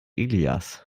ilias